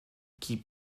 keep